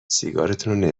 سیگارتونو